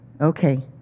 okay